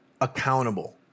accountable